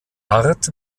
art